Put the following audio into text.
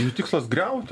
jų tikslas griauti